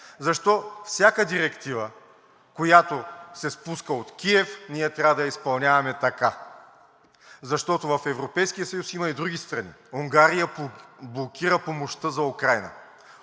Защо всяка директива, която се спуска от Киев, ние трябва да я изпълняваме така?! Защото в Европейския съюз има и други страни – Унгария блокира помощта за Украйна.